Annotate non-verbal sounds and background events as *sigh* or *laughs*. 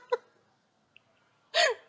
*laughs*